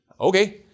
Okay